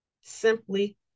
simply